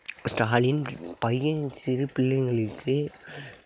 ஸ்டாலின் பையன் சிறு பிள்ளைங்களுக்கு